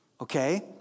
Okay